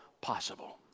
possible